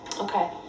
okay